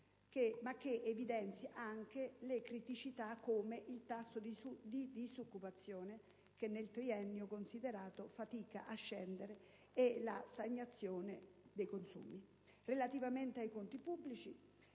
ma che evidenzia anche le criticità, come il tasso di disoccupazione, che nel triennio considerato fatica a scendere, e la stagnazione dei consumi. Relativamente ai conti pubblici,